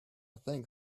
think